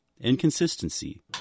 inconsistency